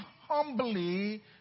humbly